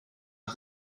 are